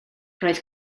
roedd